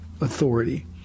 authority